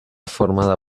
formada